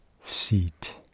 Seat